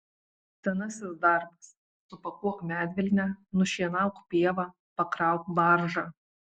senasis darbas supakuok medvilnę nušienauk pievą pakrauk baržą